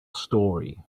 story